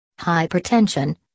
Hypertension